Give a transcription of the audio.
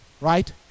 right